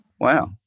Wow